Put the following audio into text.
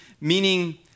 Meaning